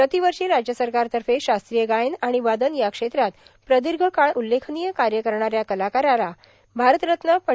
प्रतिवर्षी राज्य सरकारतर्फे शास्त्रीय गायन आणि वादन या क्षेत्रात प्रदीर्घ काळ उल्लेखनीय कार्य करणाऱ्या कलाकाराला भारतरत्न पं